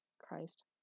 Christ